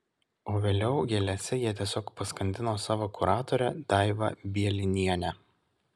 o vėliau gėlėse jie tiesiog paskandino savo kuratorę daivą bielinienę